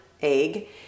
egg